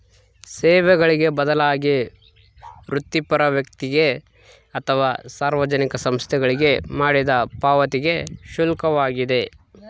ಸೇವೆಗಳಿಗೆ ಬದಲಾಗಿ ವೃತ್ತಿಪರ ವ್ಯಕ್ತಿಗೆ ಅಥವಾ ಸಾರ್ವಜನಿಕ ಸಂಸ್ಥೆಗಳಿಗೆ ಮಾಡಿದ ಪಾವತಿಗೆ ಶುಲ್ಕವಾಗಿದೆ